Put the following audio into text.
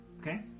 Okay